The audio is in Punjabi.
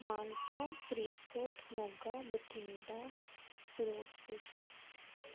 ਮਾਨਸਾ ਫਰੀਦਕੋਟ ਮੋਗਾ ਬਠਿੰਡਾ ਫਿਰੋਜ਼ਪੁਰ